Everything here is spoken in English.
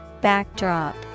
Backdrop